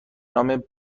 نام